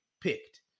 picked